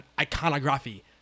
iconography